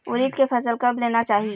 उरीद के फसल कब लेना चाही?